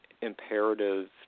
imperative